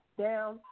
Down